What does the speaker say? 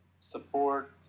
support